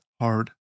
hard